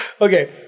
Okay